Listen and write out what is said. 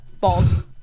Bald